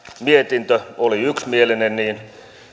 mietintö oli yksimielinen niin